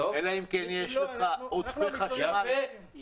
אלא אם כן יש לך עודפי חשמל אין מי שיקנה.